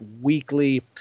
Weekly